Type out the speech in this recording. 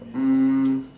hmm